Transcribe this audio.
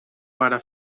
para